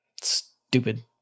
Stupid